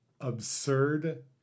absurd